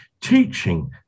teaching